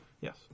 Yes